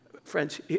Friends